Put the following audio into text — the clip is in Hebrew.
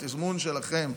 התזמון שלכם,